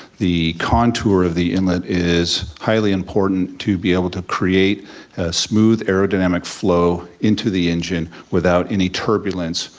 the contour of the inlet is highly important to be able to create a smooth aerodynamic flow into the engine without any turbulence.